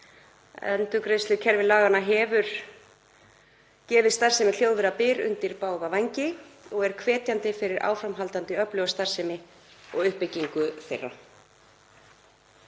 Endurgreiðslukerfi laganna hefur gefið starfsemi hljóðvera byr undir báða vængi og er hvetjandi fyrir áframhaldandi öfluga starfsemi og uppbyggingu þeirra.